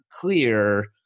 clear